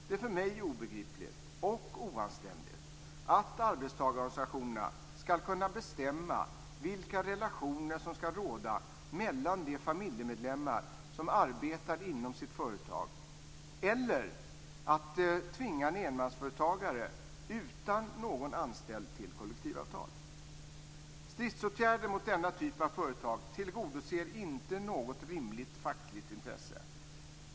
Det är för mig obegripligt och oanständigt att arbetstagarorganisationerna skall kunna bestämma vilka relationer som skall råda mellan de familjemedlemmar som arbetar inom sitt företag eller att tvinga en enmansföretagare utan någon anställd till kollektivavtal. Stridsåtgärder mot denna typ av företag tillgodoser inte något rimligt fackligt intresse.